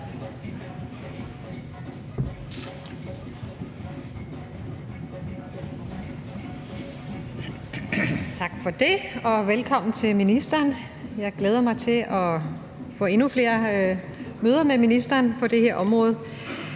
Tak for det, og velkommen til ministeren. Jeg glæder mig til at få endnu flere møder med ministeren på det her område.